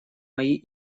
мои